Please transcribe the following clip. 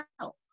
help